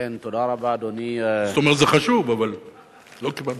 כלומר זה חשוב, אבל לא קיבלנו.